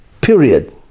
period